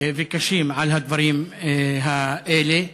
וקשים על הדברים האלה.